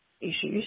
issues